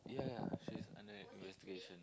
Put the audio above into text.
yeah yeah she under investigation